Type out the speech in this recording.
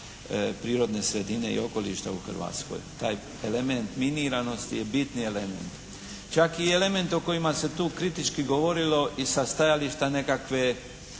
prirodne sredine i okoliša u Hrvatskoj. Taj element miniranosti je bitni element. Čak i element o kojima se tu kritički govorilo i sa stajališta nekakve